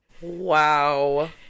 wow